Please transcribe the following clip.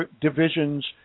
divisions